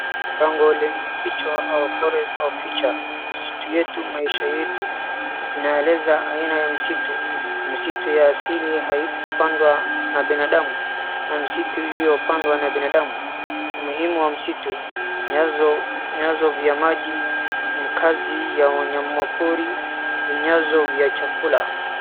Bango lenye kichwa our forest our future msitu yetu maisha yetu, inaeleza aina ya misitu, misitu ya siri haikupandwa na binadamu, na misitu iliyopandwa na binadamu, umuhimu wa msitu, nyanzo vya maji, makazi ya wanyama pori, vinyazo vya chakula.